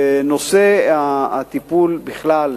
נושא הטיפול בכלל,